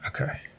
okay